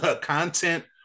content-